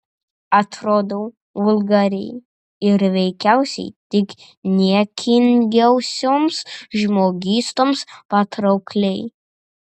atrodau vulgariai ir veikiausiai tik niekingiausioms žmogystoms patraukliai